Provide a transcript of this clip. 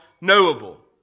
knowable